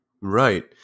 Right